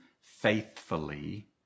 faithfully